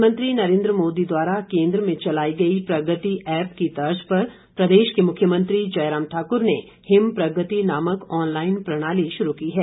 प्रधानमंत्री नरेन्द्र मोदी द्वारा केन्द्र में चलाई गई प्रगति ऐप की तर्ज पर प्रदेश के मुख्यमंत्री जयराम ठाकुर ने हिम प्रगति नामक ऑनलाईन प्रणाली शुरू की है